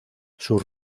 sus